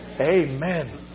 Amen